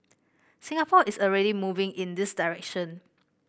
Singapore is already moving in this direction